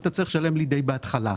אתה צריך לשלם לי די בהתחלה.